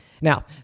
Now